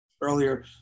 earlier